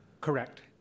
Correct